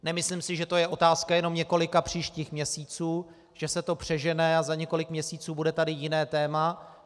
Nemyslím si, že to je otázka jenom několika příštích měsíců, že se to přežene a za několik měsíců bude tady jiné téma.